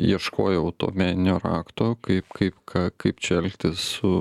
ieškojau to meninio rakto kaip kaip ką kaip čia elgtis su